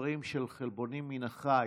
ותוצרים של חלבונים מן החי